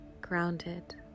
grounded